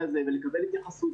אני שואל אותך על ההסכם.